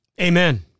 Amen